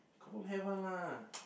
confirm have one lah